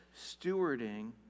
stewarding